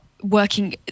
working